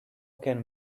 can